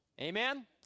Amen